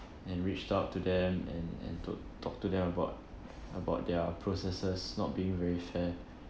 and reached out to them and and to talk to them about about their processes not being very fair